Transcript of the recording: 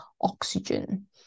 oxygen